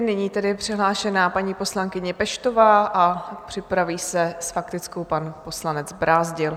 Nyní tedy je přihlášena paní poslankyně Peštová a připraví se s faktickou pan poslanec Brázdil.